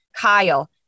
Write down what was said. Kyle